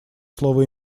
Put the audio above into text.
слово